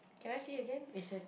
can I see again is it